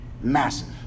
massive